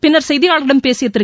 பின்னா் செய்தியாளாகளிடம் பேசிய திரு